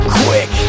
quick